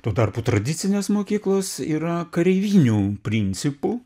tuo tarpu tradicinės mokyklos yra kareivinių principu